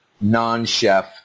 non-chef